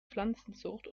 pflanzenzucht